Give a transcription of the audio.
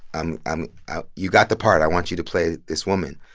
um um you got the part. i want you to play this woman.